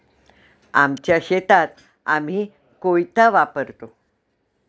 आमच्या शेतात आम्ही कोयता वापरतो